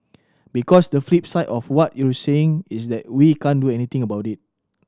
because the flip side of what you're saying is that we can't do anything about it